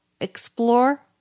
explore